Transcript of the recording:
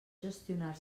gestionar